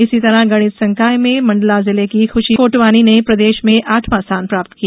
इसी तरह गणित संकाय में मंडला जिले की खुशी कोटवानी ने प्रदेश में आठवां स्थान प्राप्त किया